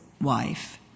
wife